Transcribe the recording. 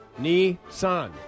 Nissan